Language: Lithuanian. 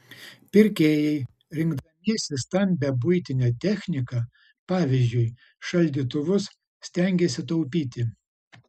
pirkėjai rinkdamiesi stambią buitinę techniką pavyzdžiui šaldytuvus stengiasi taupyti